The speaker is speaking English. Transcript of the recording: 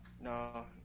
No